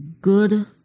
Good